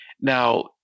Now